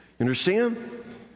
Understand